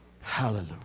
Hallelujah